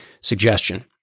suggestion